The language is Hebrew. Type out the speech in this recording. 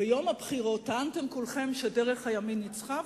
ביום הבחירות טענתם כולכם שדרך הימין ניצחה,